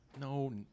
No